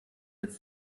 jetzt